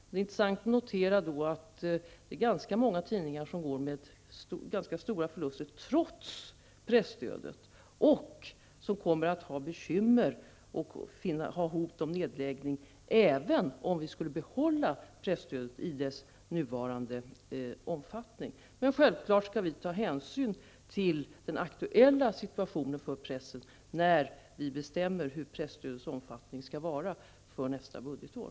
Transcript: Det är intressant att notera att det är ganska många tidningar som går med ganska stora förluster trots presstödet och som kommer att ha bekymmer och hotas av nedläggning även om vi skulle behålla presstödet i dess nuvarande omfattning. Men självklart skall vi ta hänsyn till den aktuella situationen för pressen när vi bestämmer presstödets omfattning för nästa budgetår.